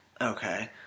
Okay